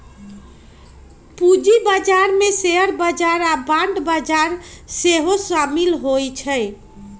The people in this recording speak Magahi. पूजी बजार में शेयर बजार आऽ बांड बजार सेहो सामिल होइ छै